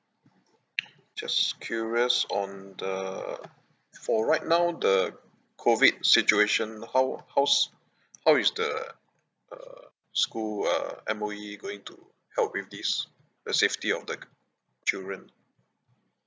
just curious on the for right now the COVID situation how how's how is the uh school uh M_O_E going to help with this the safety of the children